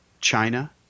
China